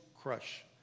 crush